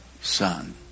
Son